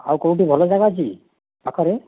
ଆଉ କେଉଁଠି ଭଲ ଜାଗା ଅଛି ପାଖରେ